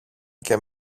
και